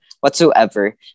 whatsoever